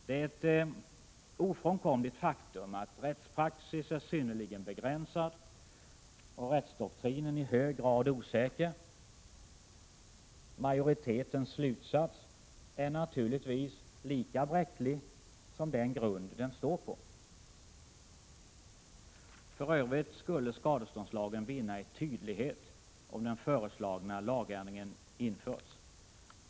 Det är ett ofrånkomligt faktum att rättspraxis är synnerligen begränsad och rättsdoktrinen i hög grad osäker. Majoritetens slutsats är naturligtvis lika bräcklig som den grund den står på. För övrigt skulle skadeståndslagen vinna i tydlighet om den föreslagna lagändringen infördes.